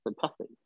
fantastic